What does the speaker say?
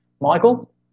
Michael